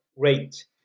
Great